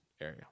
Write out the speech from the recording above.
Area